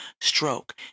stroke